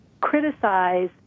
criticize